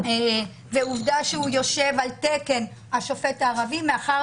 ועובדה שהוא יושב על תקן השופט הערבי מכיוון